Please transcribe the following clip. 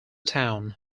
town